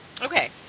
Okay